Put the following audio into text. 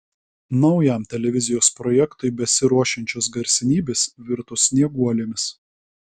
naujam televizijos projektui besiruošiančios garsenybės virto snieguolėmis